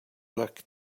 luck